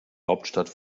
hauptstadt